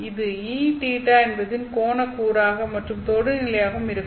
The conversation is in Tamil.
இது EØ என்பதின் கோண கூறாக மற்றும் தொடு நிலையாகவும் இருக்கும்